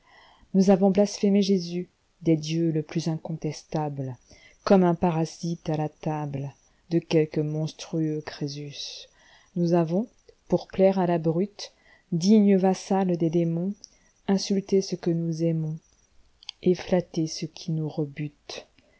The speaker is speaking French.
nous avons blasphémé jésus des dieux le plus incontestable comme un parasite à la tablz e quelque monstrueux crésus nous avons pour plaire à la brute digne vassale des démons insulté ce que nous aimonset flatté ce qui nous rebute